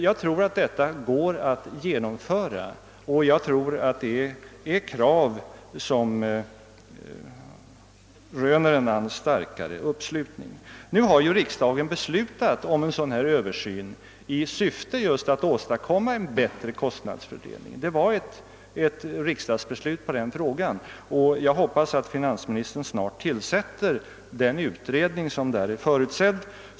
Jag tror att detta går att genomföra och att det är krav som röner en allt starkare uppslutning. Riksdagen har beslutat att en över syn skall göras i syfte att åstadkomma en bättre kostnadsfördelning, och jag hoppas att finansministern snart tillsätter den utredning som där är förutsedd.